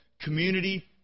Community